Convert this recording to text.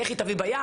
לכי תביא ביד,